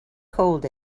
cold